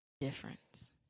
difference